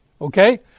Okay